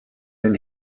den